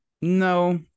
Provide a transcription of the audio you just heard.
No